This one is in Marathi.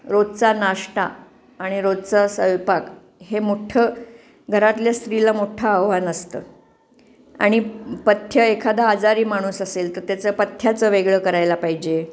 रोजचा नाष्टा आणि रोजचा स्वयंपाक हे मोठं घरातल्या स्त्रीला मोठं आव्हान असतं आणि पथ्य एखादा आजारी माणूस असेल तर त्याचं पथ्याचं वेगळं करायला पाहिजे